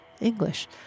English